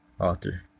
author